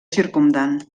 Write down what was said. circumdant